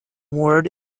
ward